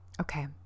okay